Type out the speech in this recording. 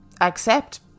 accept